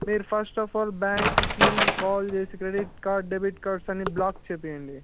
మీరు first of all బ్యాంక్కి call చేసి క్రెడిట్ కార్డ్ డెబిట్ కార్డ్స్ అన్నీ బ్లాక్ చేపీయండి